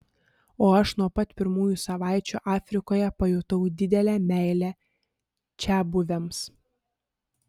o aš nuo pat pirmųjų savaičių afrikoje pajutau didelę meilę čiabuviams